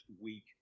week